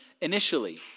initially